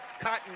cotton